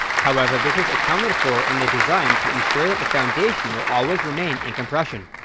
however this was accounted for in the design to ensure that the foundation will always remain in compression.